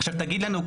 עכשיו תגיד לנו,